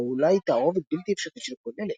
או אולי תערובת בלתי אפשרית של כל אלה.